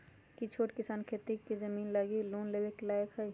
कि छोट किसान खेती के जमीन लागी लोन लेवे के लायक हई?